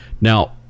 Now